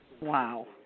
Wow